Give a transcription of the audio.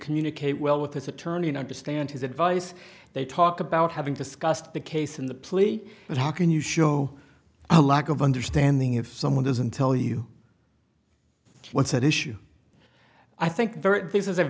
communicate well with his attorney and understand his advice they talk about having discussed the case in the plea but how can you show a lack of understanding if someone doesn't tell you what's at issue i think the